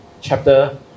chapter